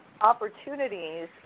opportunities